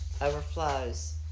overflows